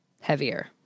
heavier